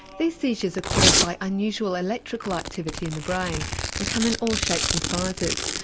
these seizures are caused by unusual electrical activity in the brain and come in all shapes and sizes.